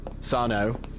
Sano